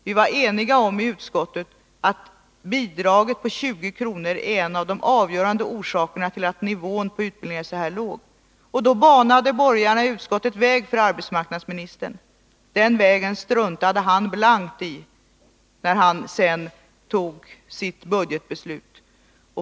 Vi var eniga i utskottet om att bidragets storlek 20 kr./tim, är en av de avgörande orsakerna till att nivån på utbildningen är så låg. Då banade som sagt borgarna i utskottet väg för arbetsmarknadsministern. Den vägen struntade han blankt i, när han sedan fattade sitt budgetbeslut.